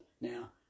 Now